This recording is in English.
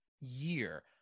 year